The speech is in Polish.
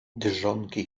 dżonki